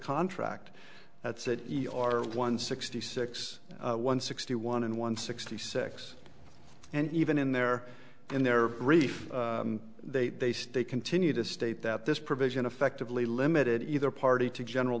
contract that said e r one sixty six one sixty one n one sixty six and even in their in their brief they they stay continue to state that this provision effectively limited either party to general